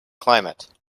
climate